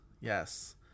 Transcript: Yes